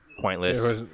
pointless